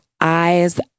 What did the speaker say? eyes